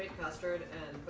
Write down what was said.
hundred and